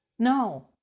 no.